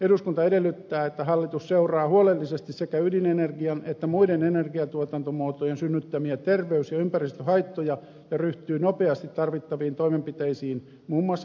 eduskunta edellyttää että hallitus seuraa huolellisesti sekä ydinenergian että muiden energiantuotantomuotojen synnyttämiä terveys ja ympäristöhaittoja ja ryhtyy nopeasti tarvittaviin toimenpiteisiin muun muassa